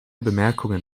bemerkungen